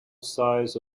size